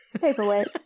Paperweight